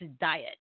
diet